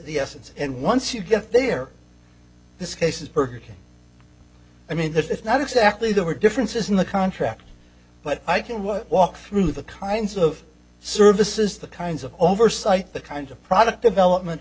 yes it's and once you get there this case is heard i mean it's not exactly there were differences in the contract but i can walk through the kinds of services the kinds of oversight that kind of product development